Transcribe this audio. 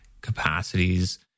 capacities